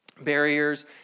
Barriers